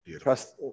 Trust